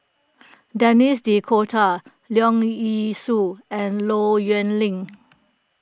Denis D'Cotta Leong Yee Soo and Low Yen Ling